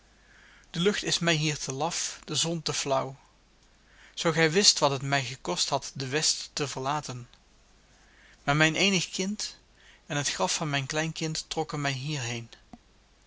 de lucht is mij hier te laf de zon te flauw zoo gij wist wat het mij gekost had de west te verlaten maar mijn eenig kind en het graf van mijn kleinkind trokken mij hierheen